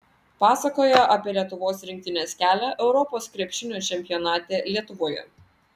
pasakoja apie lietuvos rinktinės kelią europos krepšinio čempionate lietuvoje